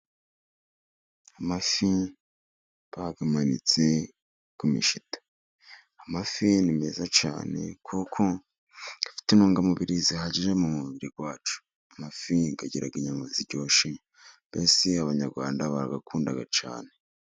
Amafi bayamanitse ku mishito. Amafi ni meza cyane kuko afite intungamubiri zihagije mu mubiri wacu. Amafi agira inyama ziryoshye. Mbese Abanyarwanda barayakunda cyane.